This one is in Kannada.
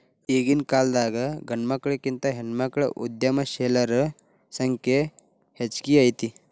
ಈಗಿನ್ಕಾಲದಾಗ್ ಗಂಡ್ಮಕ್ಳಿಗಿಂತಾ ಹೆಣ್ಮಕ್ಳ ಉದ್ಯಮಶೇಲರ ಸಂಖ್ಯೆ ಹೆಚ್ಗಿ ಐತಿ